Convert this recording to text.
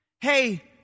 Hey